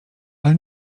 ale